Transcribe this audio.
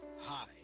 Hi